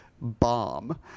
Bomb